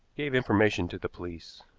gave information to the police.